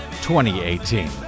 2018